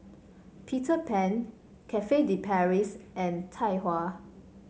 Peter Pan Cafe De Paris and Tai Hua